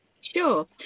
Sure